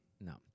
No